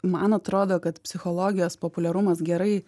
man atrodo kad psichologijos populiarumas gerai